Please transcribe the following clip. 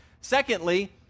Secondly